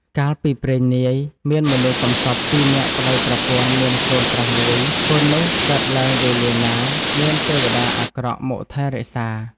កាលពីព្រេងនាយ មានមនុស្សកំសត់ពីរនាក់ប្តីប្រពន្ធ មានកូនប្រុសមួយ កូននោះកើតឡើងវេលាណា មានទេវតាអាក្រក់មកថែរក្សា ។